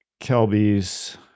Kelbys